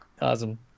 Awesome